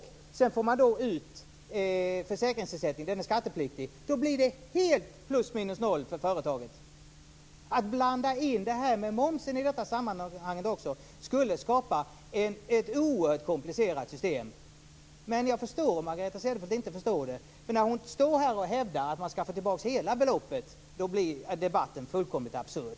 Sedan får man då ut försäkringsersättning. Den är skattepliktig. Då blir det plus minus noll för företagen. Att blanda in det här med momsen i detta sammanhang skulle skapa ett oerhört komplicerat system, men jag förstår om Margareta Cederfelt inte förstår det för när hon står här och hävdar att man ska få tillbaka hela beloppet blir debatten fullkomligt absurd.